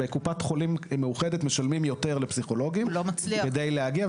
בקופת חולים מאוחדת משלמים יותר לפסיכולוגים כדי להגיע,